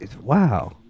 wow